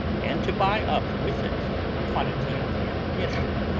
and to buy up with it a quantity of ammunition,